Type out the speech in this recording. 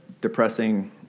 depressing